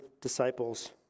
disciples